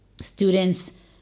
students